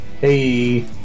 hey